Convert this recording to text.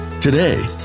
Today